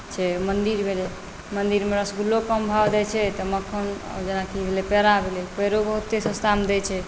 छै मन्दिर भेलै मन्दिरमे रसगुल्लो कम भाव दैत छै तऽ मक्खन जेना कि भेलै पेड़ा भेलै पेड़ो बहुते सस्तामे दैत छै